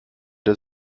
der